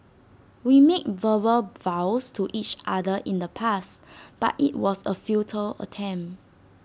we made verbal vows to each other in the past but IT was A futile attempt